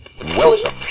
Welcome